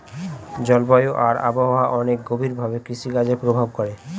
জলবায়ু আর আবহাওয়া অনেক গভীর ভাবে কৃষিকাজে প্রভাব করে